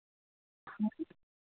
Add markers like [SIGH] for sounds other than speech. [UNINTELLIGIBLE]